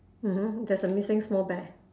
mmhmm there's a missing small bear